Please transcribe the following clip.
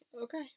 okay